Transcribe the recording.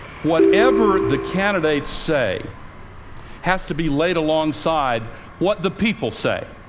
whatever the candidates say has to be laid alongside what the people say.